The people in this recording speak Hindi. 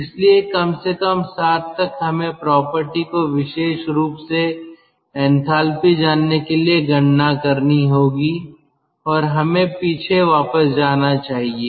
इसलिए कम से कम 7 तक हमें प्रॉपर्टी को विशेष रूप से एंथैल्पी जानने के लिए गणना करनी होगी और हमें पीछे वापस जाना चाहिए